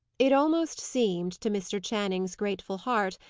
it almost seemed, to mr. channing's grateful heart,